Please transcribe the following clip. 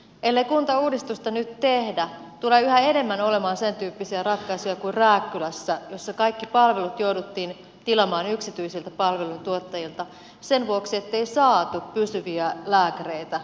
ellei kuntauudistusta nyt tehdä tulee yhä enemmän olemaan sentyyppisiä ratkaisuja kuin rääkkylässä jossa kaikki palvelut jouduttiin tilaamaan yksityisiltä palveluntuottajilta sen vuoksi ettei saatu pysyviä lääkäreitä kuntaan